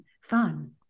fun